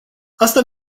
asta